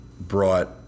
brought